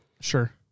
Sure